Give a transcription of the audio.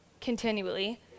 continually